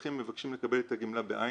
שהמבוטחים מבקשים לקבל את הגמלה בעין,